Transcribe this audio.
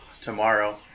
tomorrow